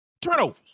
Turnovers